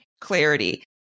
clarity